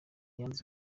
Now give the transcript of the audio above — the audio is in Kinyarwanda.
yanze